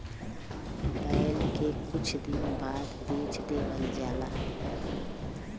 बैल के कुछ दिन बाद बेच देवल जाला